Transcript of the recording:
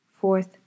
Fourth